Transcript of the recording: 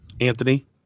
Anthony